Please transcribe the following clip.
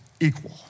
equal